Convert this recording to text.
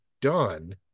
done